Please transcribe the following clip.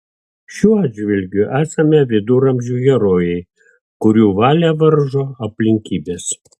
šiuo atžvilgiu esame viduramžių herojai kurių valią varžo aplinkybės